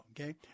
okay